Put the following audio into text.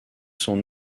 son